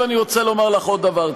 עכשיו אני רוצה לומר לך עוד דבר.